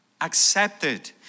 accepted